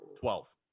Twelve